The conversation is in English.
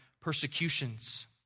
persecutions